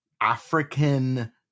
african